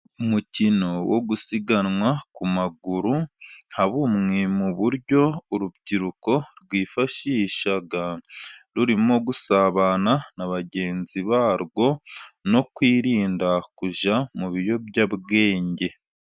Umukino wo gusiganwa ku maguru, nka bumwe mu buryo urubyiruko rwifashisha, rurimo gusabana na bagenzi barwo no kwirinda kujya mu biyobyabwenge.